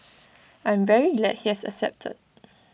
I'm very glad he has accepted